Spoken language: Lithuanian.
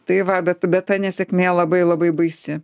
tai va bet bet ta nesėkmė labai labai baisi